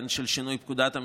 של שינוי פקודת המשטרה.